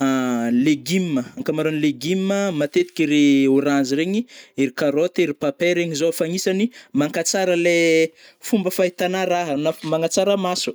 légumes, ankamaroany légumes a matetik ré orange regny, ery carottes, ery papaye regny zô fa agnisagny mankatsara lai fomba fahitana raha na magnatsara maso